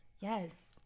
yes